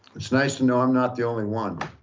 it's nice to know i'm not the only one.